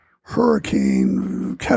hurricane